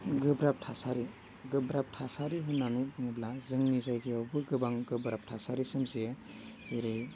गोब्राब थासारि गोब्राब थासारि होन्नानै होनोब्ला जोंनि जायगायावबो गोबां गोब्राब थासारि सोमजियो जेरै